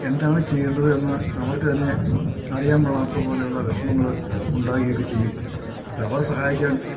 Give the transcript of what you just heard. എന്താണു ചെയ്യേണ്ടതെന്ന് അവർക്കു തന്നെ അറിയാൻ പാടില്ലാത്ത പോലെയുള്ള വിഷമങ്ങള് ഉണ്ടാകുയൊക്കെ ചെയ്യും അപ്പോഴവരെ സഹായിക്കാൻ